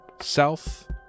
south